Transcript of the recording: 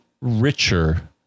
richer